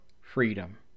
FREEDOM